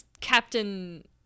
captain